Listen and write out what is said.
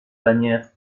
bannière